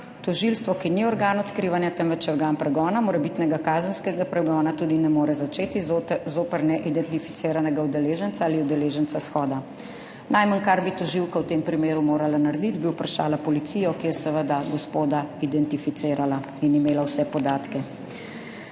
tožilstvo, ki ni organ odkrivanja, temveč organ pregona, morebitnega kazenskega pregona tudi ne more začeti zoper neidentificiranega udeleženca ali udeleženca shoda.« Najmanj, kar bi tožilka v tem primeru morala narediti, bi vprašala policijo, ki je seveda gospoda identificirala in imela vse podatke.